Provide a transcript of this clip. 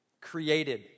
Created